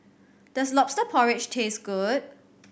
does Lobster Porridge taste good